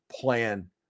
plan